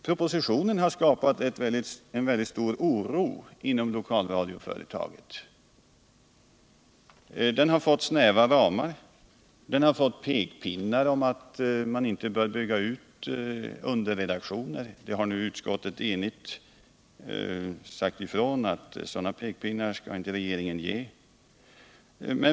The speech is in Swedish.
Propositionen har skapat mycket stark oro inom lokalradioföretaget, som har fått snäva ramar och pekpinnar om att man inte bör bygga ut underredaktioner. Nu har emellertid ett enigt utskott sagt ifrån att sådana pekpinnar skall inte. regeringen använda.